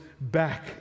back